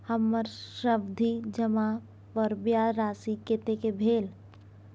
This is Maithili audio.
हमर सावधि जमा पर ब्याज राशि कतेक भेल?